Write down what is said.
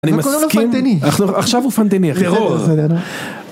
אני מסכים, עכשיו הוא פנטני, אחי